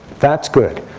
that's good.